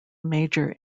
major